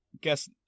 guess